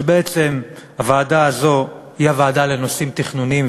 שבעצם הוועדה הזו היא הוועדה לנושאים תכנוניים